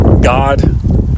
God